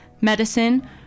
medicine